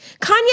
Kanye